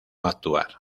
actuar